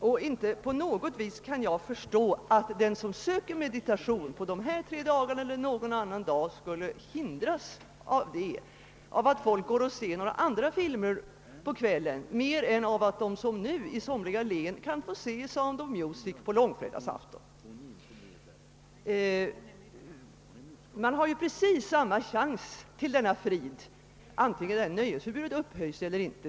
Och jag kan inte alls förstå, att den som söker meditation på dessa tre dagar eller på någon annan dag skulle hindras mer av att folk gick och såg även andra filmer på kvällen än exempelvis »Sound of music», som nu i vissa län visas på långfredagens afton. De som söker meditation har ju precis samma chans till frid vare sig nöjesförbudet upphävs eller ej.